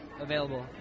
available